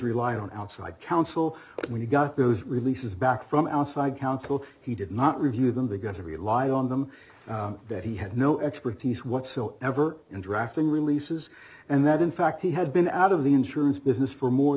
rely on outside counsel when you got those releases back from outside counsel he did not review them to get every lie on them that he had no expertise whatsoever in drafting releases and that in fact he had been out of the insurance business for more